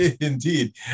Indeed